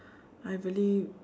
I believe